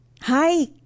Hi